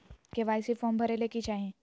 KYC form भरे ले कि चाही?